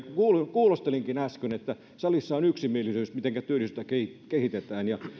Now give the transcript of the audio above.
kuulostelinkin äsken että salissa on yksimielisyys mitenkä työllisyyttä kehitetään ja